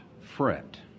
Fret